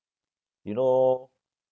you know